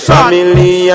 Family